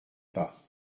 pas